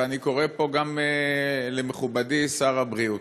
ואני קורא פה גם למכובדי שר הבריאות: